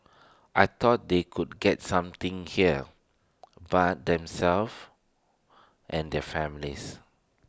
I thought they could get something here but themselves and their families